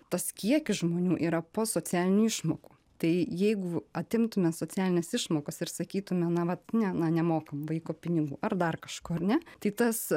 tas kiekis žmonių yra po socialinių išmokų tai jeigu atimtume socialines išmokas ir sakytume na vat ne na nemokam vaiko pinigų ar dar kažko ane tai tas